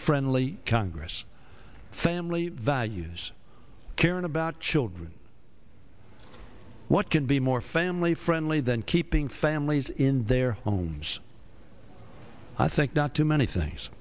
friendly congress family values caring about children what can be more family friendly than keeping families in their homes i think not to many things